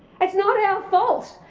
it's not our fault.